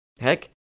Heck